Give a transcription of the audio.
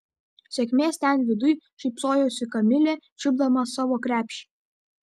sėkmės ten viduj šypsojosi kamilė čiupdama savo krepšį